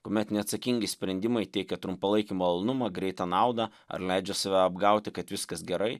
kuomet neatsakingi sprendimai teikia trumpalaikį malonumą greitą naudą ar leidžia save apgauti kad viskas gerai